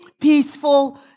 peaceful